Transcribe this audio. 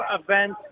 event